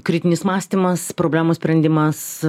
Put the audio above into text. kritinis mąstymas problemų sprendimas